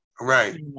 Right